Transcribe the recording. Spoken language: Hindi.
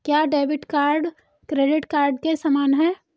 क्या डेबिट कार्ड क्रेडिट कार्ड के समान है?